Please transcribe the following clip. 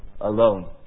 alone